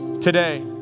Today